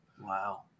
Wow